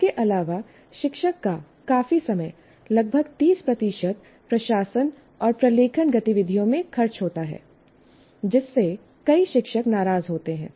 इसके अलावा शिक्षक का काफी समय लगभग 30 प्रशासन और प्रलेखन गतिविधियों में खर्च होता है जिससे कई शिक्षक नाराज होते हैं